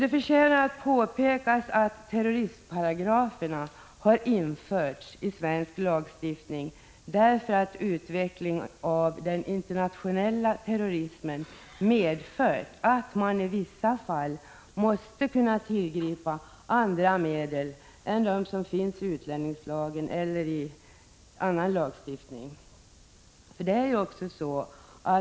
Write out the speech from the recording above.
Det förtjänar att påpeka att terroristparagraferna har införts i svensk lagstiftning, därför att utvecklingen av den internationella terrorismen medför att man i vissa fall måste kunna tillgripa andra medel än dem som finns i utlänningslagen eller i annan lagstiftning.